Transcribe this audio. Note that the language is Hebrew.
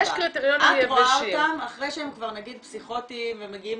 את רואה אותם אחרי שהם כבר נגיד פסיכוטיים ומגיעים